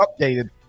updated